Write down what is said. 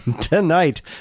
Tonight